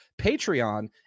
Patreon